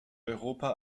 europa